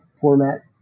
format